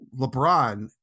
LeBron